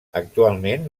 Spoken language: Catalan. actualment